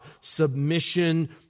Submission